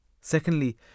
Secondly